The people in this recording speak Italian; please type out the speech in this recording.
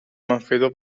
manfredo